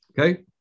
Okay